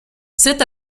cet